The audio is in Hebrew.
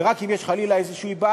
ורק אם יש חלילה איזו בעיה,